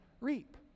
reap